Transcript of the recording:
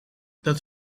dat